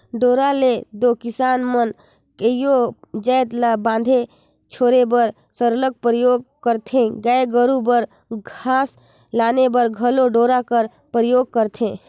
डोरा ल दो किसान मन कइयो जाएत ल बांधे छोरे बर सरलग उपियोग करथे गाय गरू बर घास लाने बर घलो डोरा कर उपियोग करथे